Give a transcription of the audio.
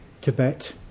Tibet